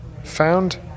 found